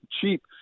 cheap